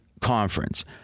conference